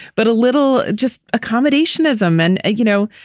but a little just accommodation as a man. you know,